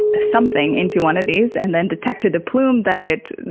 something into one of these and then detected a plume that it